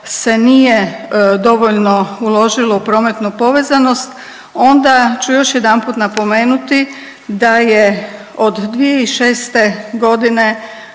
se nije dovoljno uložilo u prometnu povezanost, onda ću još jedanput napomenuti da je od 2006. godine